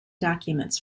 documents